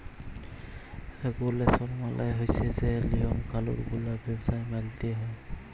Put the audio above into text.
রেগুলেসল মালে হছে যে লিয়ম কালুল গুলা ব্যবসায় মালতে হ্যয়